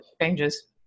changes